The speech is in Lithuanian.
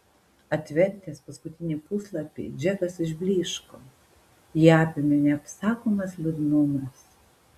atvertęs paskutinį puslapį džekas išblyško jį apėmė neapsakomas liūdnumas